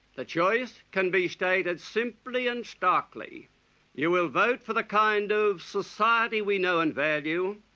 the choice can be stated simply and starkly you will vote for the kind of society we know and value,